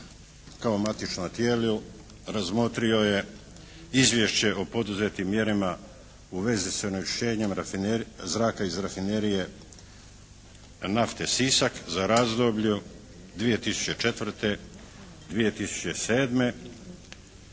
kao matično tijelo razmotrio je izvješće o poduzetim mjerama u vezi s narušenjem zraka iz rafinerije nafte Sisak za razdoblje 2004., 2007.